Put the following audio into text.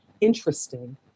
interesting